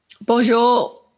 Bonjour